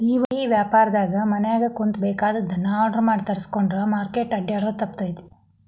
ಈ ವ್ಯಾಪಾರ್ದಾಗ ಮನ್ಯಾಗ ಕುಂತು ಬೆಕಾಗಿದ್ದನ್ನ ಆರ್ಡರ್ ಮಾಡಿ ತರ್ಸ್ಕೊಂಡ್ರ್ ಮಾರ್ಕೆಟ್ ಅಡ್ಡ್ಯಾಡೊದು ತಪ್ತೇತಿ